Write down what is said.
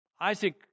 Isaac